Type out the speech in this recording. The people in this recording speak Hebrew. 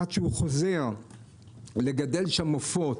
עד שהוא חוזר לגדל שם עופות